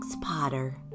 Potter